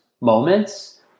moments